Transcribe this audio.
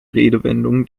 redewendungen